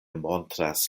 montras